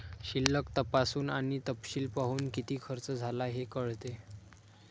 शिल्लक तपासून आणि तपशील पाहून, किती खर्च झाला हे कळते